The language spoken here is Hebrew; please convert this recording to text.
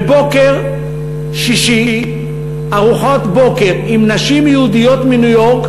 בבוקר שישי ארוחת בוקר עם נשים יהודיות מניו-יורק